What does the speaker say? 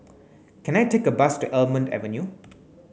can I take a bus to Almond Avenue